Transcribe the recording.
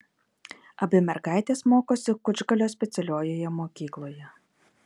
abi mergaitės mokosi kučgalio specialiojoje mokykloje